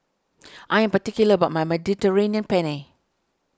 I am particular about my Mediterranean Penne